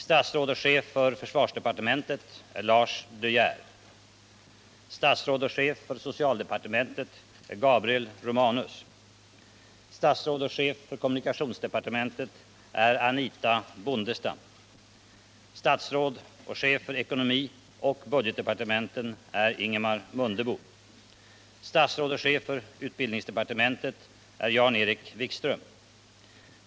Statsråd och chef för socialdepartementet är Gabriel Romanus. Statsråd och chef för ekonomioch budgetdepartementen är Ingemar Mundebo. Statsråd och chef för utbildningsdepartementet är Jan-Erik Wikström.